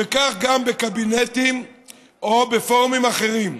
וכך גם בקבינטים או בפורומים אחרים.